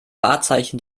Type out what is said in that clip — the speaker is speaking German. wahrzeichen